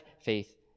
faith